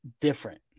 different